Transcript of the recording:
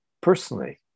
personally